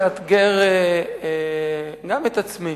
לאתגר גם את עצמי.